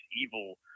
evil